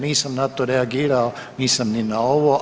Nisam na to reagirao, nisam ni na ovo.